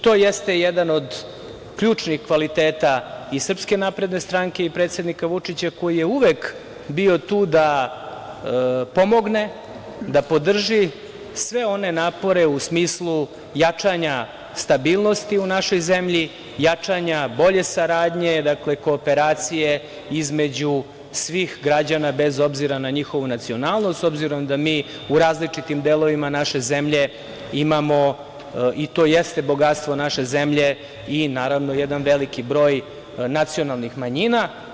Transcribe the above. To jeste jedan od ključnih kvaliteta i SNS i predsednika Vučića koji je uvek bio tu da pomogne, da podrži sve one napore u smislu jačanja stabilnosti u našoj zemlji, jačanja bolje saradnje, kooperacije između svih građana bez obzira na njihovu nacionalnost, s obzirom da mi u različitim delovima naše zemlje imamo, i to jeste bogatstvo naše zemlje, i naravno jedan veliki broj nacionalnih manjina.